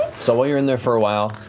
so while you're in there for awhile,